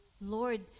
lord